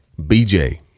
BJ